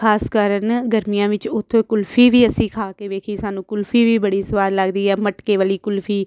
ਖ਼ਾਸ ਕਾਰਨ ਗਰਮੀਆਂ ਵਿੱਚ ਉੱਥੋਂ ਕੁਲਫ਼ੀ ਵੀ ਅਸੀਂ ਖਾ ਕੇ ਵੇਖੀ ਸਾਨੂੰ ਕੁਲਫ਼ੀ ਵੀ ਬੜੀ ਸਵਾਦ ਲੱਗਦੀ ਹੈ ਮਟਕੇ ਵਾਲੀ ਕੁਲਫ਼ੀ